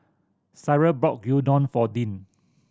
Cyril bought Gyudon for Dean